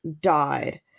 died